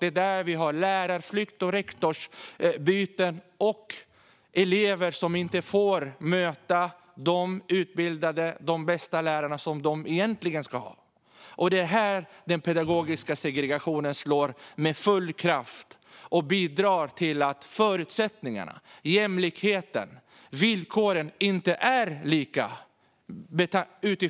Det är där vi har lärarflykt och rektorsbyten samt elever som inte får möta de utbildade, bra lärare de egentligen ska möta. Det är här den pedagogiska segregationen slår med full kraft - förutsättningarna, jämlikheten och villkoren är inte desamma